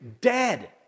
dead